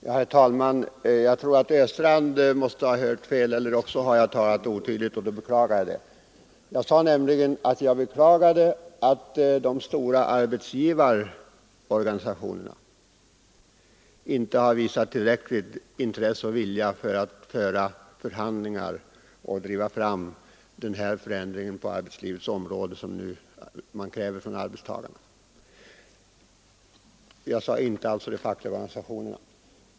Herr talman! Jag tror att herr Östrand måste ha hört fel. I annat fall har jag uttryckt mig otydligt, och det beklagar jag i så fall. Jag sade att jag beklagade att de stora arbetsgivarorganisationerna — inte de fackliga organisationerna! — inte har visat intresse och vilja nog att förhandla fram den förändring på arbetslivets område som arbetstagarna nu kräver.